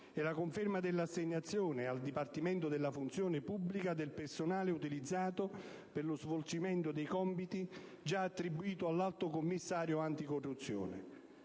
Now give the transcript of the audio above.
e la conferma dell'assegnazione al Dipartimento della funzione pubblica del personale utilizzato per lo svolgimento dei compiti già attribuiti all'Alto commissario anticorruzione.